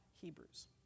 Hebrews